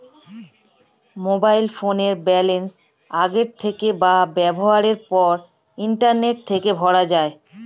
mobile ফোনের balance আগের থেকে বা ব্যবহারের পর ইন্টারনেট থেকে ভরা যায়